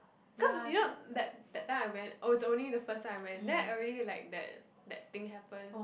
cause you know that that time I went was only the first time I went then already like that that thing happen